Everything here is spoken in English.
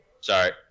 Sorry